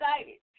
excited